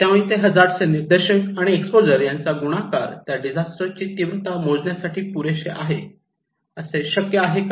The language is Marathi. तेव्हा इथे हजार्ड चे निर्देशक आणि एक्स्पोजर यांचा गुणाकार त्या डिझास्टर ची तीव्रता मोजण्यासाठी पुरेसे आहे असे शक्य आहे का